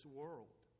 world